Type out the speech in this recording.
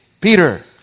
Peter